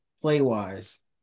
play-wise